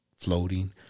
floating